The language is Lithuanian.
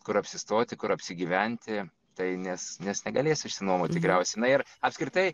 kur apsistoti kur apsigyventi tai nes nes negalės išsinuomot tikriausiai na ir apskritai